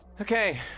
Okay